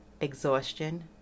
exhaustion